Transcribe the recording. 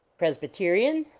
presbyterian?